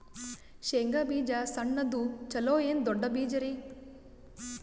ಶೇಂಗಾ ಬೀಜ ಸಣ್ಣದು ಚಲೋ ಏನ್ ದೊಡ್ಡ ಬೀಜರಿ?